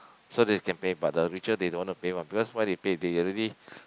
so they can pay but the richer they don't want to pay mah because why they pay they already